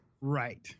right